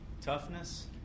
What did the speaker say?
toughness